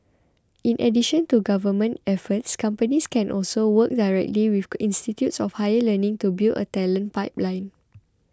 in addition to government efforts companies can also work directly with institutes of higher learning to build a talent pipeline